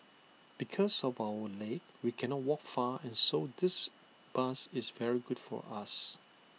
because of our leg we cannot walk far so this bus is very good for us